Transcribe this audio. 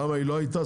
למה היא לא הייתה,